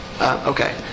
Okay